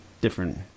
different